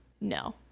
No